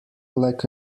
like